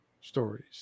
stories